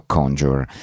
Conjure